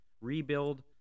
rebuild